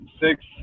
six